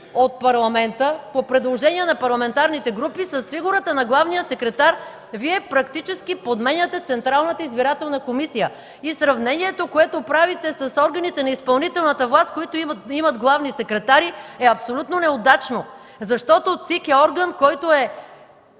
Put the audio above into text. от парламента по предложение на парламентарните групи, с фигурата на главния секретар, Вие практически подменяте Централната избирателна комисия и сравнението, което правите с органите на изпълнителната власт, които имат главни секретари, е абсолютно неудачно, защото ЦИК е орган, който е